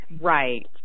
Right